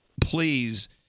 please